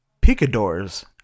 picadors